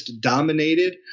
dominated